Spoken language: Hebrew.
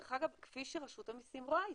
ודרך אגב, כפי שרשות המיסים רואה אותה.